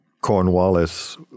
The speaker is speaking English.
Cornwallis